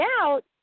out